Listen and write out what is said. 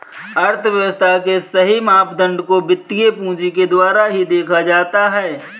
अर्थव्यव्स्था के सही मापदंड को वित्तीय पूंजी के द्वारा ही देखा जाता है